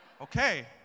Okay